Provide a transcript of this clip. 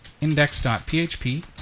index.php